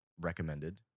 recommended